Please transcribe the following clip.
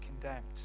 condemned